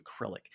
acrylic